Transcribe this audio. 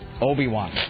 Obi-Wan